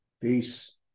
peace